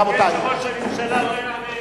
מה טורקיה בעניין?